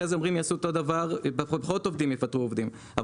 אחרי זה אמרו שפחות עובדים יעשו את אותו הדבר שעושים עכשיו,